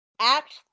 Act